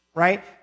Right